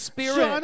Spirit